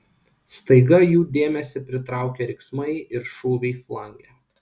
staiga jų dėmesį pritraukė riksmai ir šūviai flange